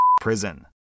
prison